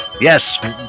Yes